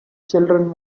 children